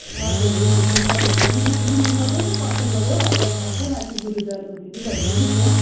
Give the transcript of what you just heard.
हजुर हुन्छ बिल पठाइदिनु न फेरि म सधैँको कस्टमर हो भाइलाई थाहा छ माथि गुरूद्वाराको दिदी भनिदिनु होस् न